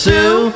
Sue